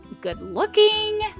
good-looking